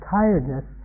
tiredness